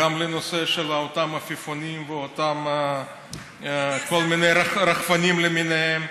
גם לנושא של אותם עפיפונים ואותם כל מיני רחפנים למיניהם.